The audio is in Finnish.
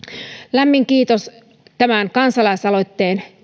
lämmin kiitos tämän kansalaisaloitteen